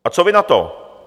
A co vy na to?